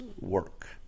work